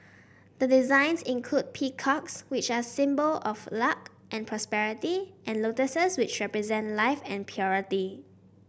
the designs include peacocks which are symbol of luck and prosperity and lotuses which represent life and purity